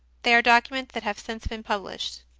they are documents that have since been published.